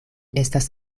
estas